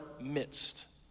midst